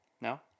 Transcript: No